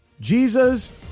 Jesus